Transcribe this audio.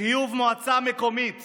חיוב מועצה מקומית